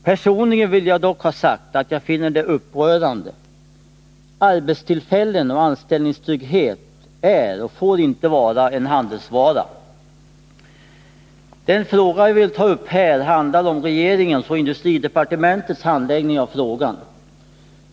Personligen vill jag dock ha sagt att jag finner det upprörande. Arbetstillfällen och anställningstrygghet är och får inte vara en handelsvara. Vad jag vill ta upp gäller regeringens och industridepartementets handläggning av frågan.